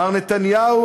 מר נתניהו,